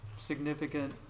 significant